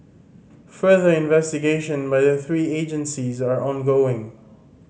further investigation by the three agencies are ongoing